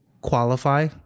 qualify